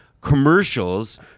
commercials